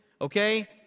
okay